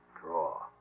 Draw